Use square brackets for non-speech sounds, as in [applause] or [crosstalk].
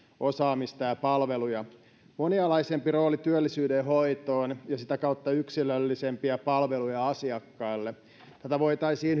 osaamista ja palveluja sekä saada monialaisempi rooli työllisyyden hoitoon ja sitä kautta yksilöllisempiä palveluja asiakkaille tätä voitaisiin [unintelligible]